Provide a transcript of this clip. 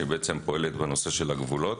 שפועלת בנושא הגבולות.